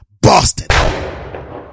Boston